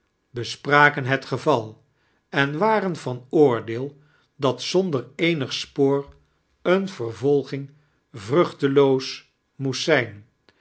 bespraken het geval en waren van oordeel dat zonder eemig spoor eene vervolging vruchteloos moest zijn